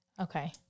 Okay